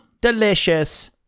delicious